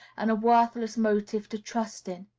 and a worthless motive to trust in.